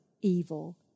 evil